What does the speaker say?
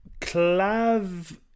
Clav